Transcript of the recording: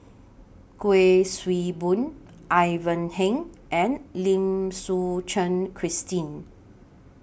Kuik Swee Boon Ivan Heng and Lim Suchen Christine